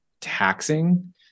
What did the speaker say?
taxing